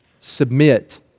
submit